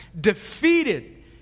defeated